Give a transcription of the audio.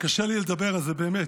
קשה לי לדבר על זה, באמת.